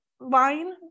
line